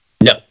No